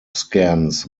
scans